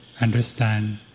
understand